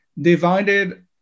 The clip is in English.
divided